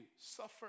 suffer